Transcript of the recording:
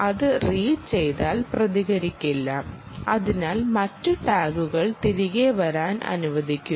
അത് റീഡ് ചെയ്താൽ പ്രതികരിക്കില്ല അതിനാൽ മറ്റ് ടാഗുകൾ തിരികെ വരാൻ അനുവദിക്കുന്നു